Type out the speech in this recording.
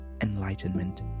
enlightenment